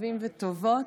טובים וטובות.